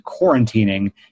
quarantining